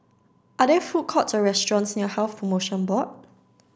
are there food courts or restaurants near Health Promotion Board